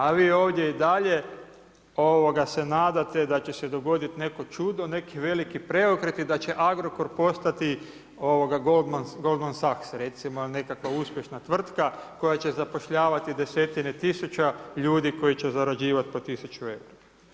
A vi ovdje i dalje se nadate da će se dogoditi neko čudo, neki veliki preokret i da će Agrokor postati Goldman Sachs recimo ili nekakva uspješna tvrtka koja će zapošljavati desetine tisuća ljudi koji će zarađivati po tisuću eura.